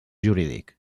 jurídic